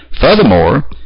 furthermore